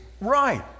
right